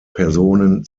personen